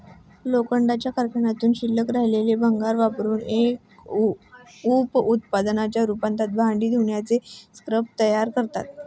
लोखंडाच्या कारखान्यातून शिल्लक राहिलेले भंगार वापरुन एक उप उत्पादनाच्या रूपात भांडी धुण्याचे स्क्रब तयार करतात